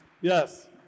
Yes